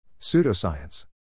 Pseudoscience